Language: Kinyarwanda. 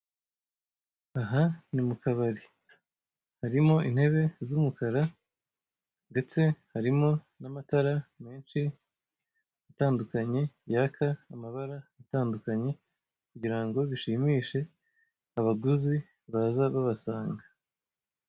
Aha ni mu kabari harimo intebe z'umukara ndetse harimo n'amatara menshi atandukanye yaka amabara atandukanye kugira ngo bishimishe abaguzi baza babasanga.